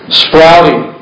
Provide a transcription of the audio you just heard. sprouting